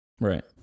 Right